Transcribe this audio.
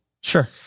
sure